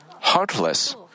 heartless